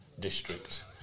district